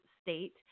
state